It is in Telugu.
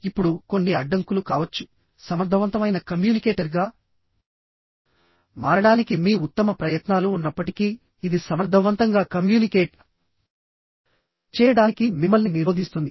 ఇప్పుడుకొన్ని అడ్డంకులు కావచ్చు సమర్థవంతమైన కమ్యూనికేటర్గా మారడానికి మీ ఉత్తమ ప్రయత్నాలు ఉన్నప్పటికీఇది సమర్థవంతంగా కమ్యూనికేట్ చేయడానికి మిమ్మల్ని నిరోధిస్తుంది